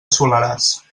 soleràs